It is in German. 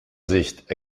sicht